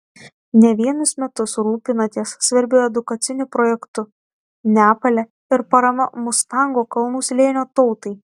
ne vienus metus rūpinatės svarbiu edukaciniu projektu nepale ir parama mustango kalnų slėnio tautai